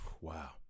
wow